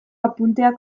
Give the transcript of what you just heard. apunteak